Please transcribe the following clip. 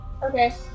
Okay